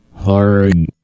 Hard